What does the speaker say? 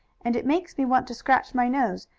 and it makes me want to scratch my nose,